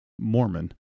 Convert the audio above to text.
Mormon